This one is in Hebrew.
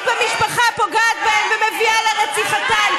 במשפחה פוגעת בהן ומביאה לרציחתן.